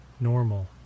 normal